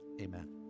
amen